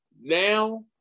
Now